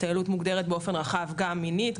התעללות מוגדרת באופן רחב גם כהתעללות מינית,